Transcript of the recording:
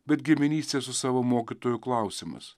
bet giminystės su savo mokytoju klausimas